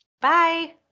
Bye